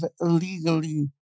illegally